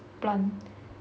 plant